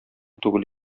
түгел